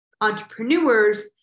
entrepreneurs